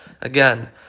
again